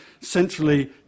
centrally